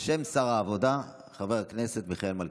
בשם שר העבודה חבר הכנסת מיכאל מלכיאלי.